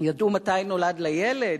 ידעו מתי נולד לה ילד,